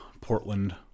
Portland